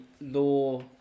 law